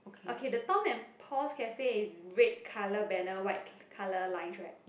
okay the Tom and Paul's cafe is red colour banner white colour line right